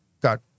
got